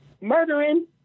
murdering